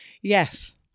Yes